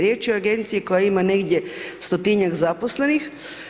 Riječ je o Agenciji koja ima negdje 100-tinjak zaposlenih.